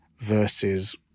versus